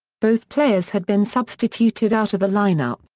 both players had been substituted out of the lineup,